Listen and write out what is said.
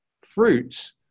fruits